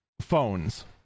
phones